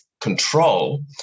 control